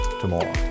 tomorrow